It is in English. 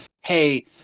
hey